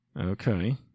Okay